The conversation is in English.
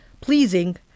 pleasing